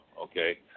Okay